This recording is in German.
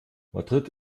madrid